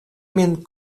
min